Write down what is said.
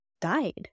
died